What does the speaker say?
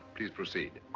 please proceed.